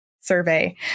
survey